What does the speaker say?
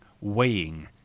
weighing